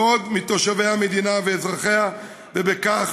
לעוד מתושבי המדינה ואזרחיה, ובכך